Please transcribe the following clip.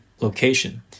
location